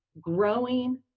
growing